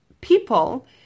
people